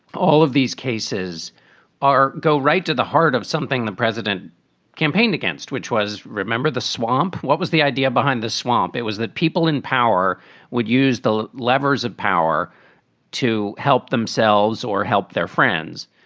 all of these cases are go right to the heart of something the president campaigned against, which was remember the swamp. what was the idea behind this swamp? it was that people in power would use the levers of power to help themselves or help their friends.